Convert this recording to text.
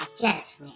Judgment